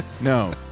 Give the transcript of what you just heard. No